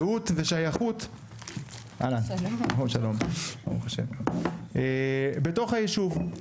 זהות ושייכות בתוך היישוב.